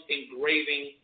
Engraving